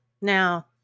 Now